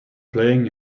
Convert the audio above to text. playing